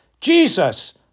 Jesus